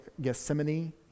Gethsemane